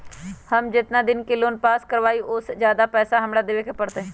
हम जितना के लोन पास कर बाबई ओ से ज्यादा पैसा हमरा देवे के पड़तई?